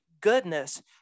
goodness